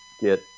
get